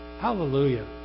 hallelujah